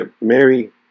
Mary